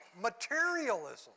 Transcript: materialism